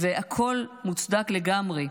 והכול מוצדק לגמרי.